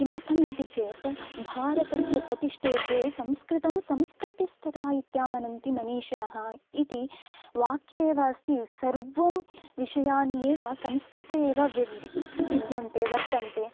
किमर्थम् इति चेत् भारतस्य प्रतिष्ठे द्वे संस्कृतं संस्कृतिस्तथा इत्यामनन्ति मनीषिणः इति वाक्येव अस्ति सर्वं विषयाणि एव संस्कृते एव विद् विद्यन्ते वर्तन्ते